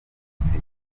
izi